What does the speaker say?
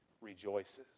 rejoices